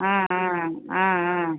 ஆ ஆ ஆ ஆ ஆ